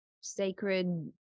sacred